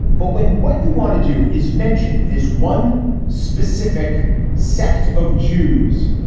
but when what you want to do is mention this one specific sect of jews,